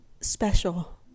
special